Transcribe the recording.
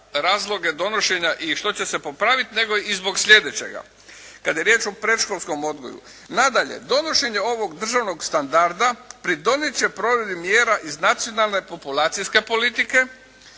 razloge donošenja i što će se popraviti nego i zbog sljedećega kada je riječ o predškolskom odgoju. Nadalje, donošenje ovog Državnog standarda pridonijet će provedbi mjera iz nacionalne populacijske politike,